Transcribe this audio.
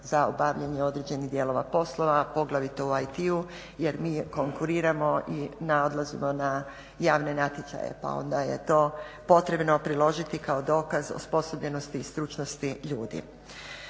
za obavljanje određenih dijelova poslova poglavito u IT-u jer mi konkuriramo i …/Govornik se ne razumije./… na javne natječaje pa onda je to potrebno priložiti kao dokaz osposobljenosti i stručnosti ljudi.